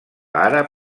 àrab